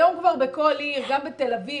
היום כבר בכל עיר גם בתל אביב,